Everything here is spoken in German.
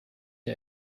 der